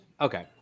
okay